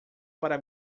para